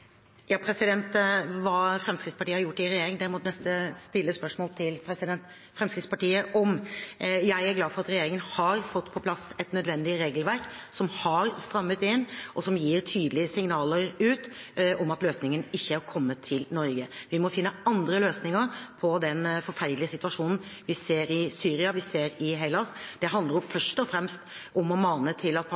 Hva Fremskrittspartiet har gjort i regjering, må representanten nesten stille spørsmål til Fremskrittspartiet om. Jeg er glad for at regjeringen har fått på plass et nødvendig regelverk, som er strammet inn, og som gir tydelige signaler ut om at løsningen ikke er å komme til Norge. Vi må finne andre løsninger på den forferdelige situasjonen vi ser i Syria, og som vi ser i Hellas. Det handler først og fremst om å mane til at